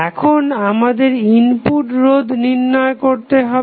এখন আমাদের ইনপুট রোধ নির্ণয় করতে হবে